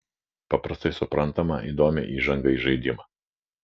paprastai suprantamą įdomią įžangą į žaidimą